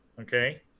okay